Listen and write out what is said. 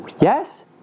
Yes